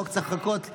החוק צריך לחכות לגב'